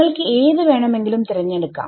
നിങ്ങൾക്ക് ഏതു വേണമെങ്കിലും തിരഞ്ഞെടുക്കാം